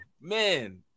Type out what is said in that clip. man